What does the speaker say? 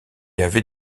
avait